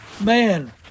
Man